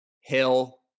Hill